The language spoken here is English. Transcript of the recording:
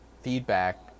feedback